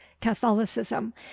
catholicism